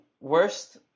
worst